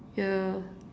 yeah